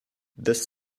this